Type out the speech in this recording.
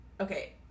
Okay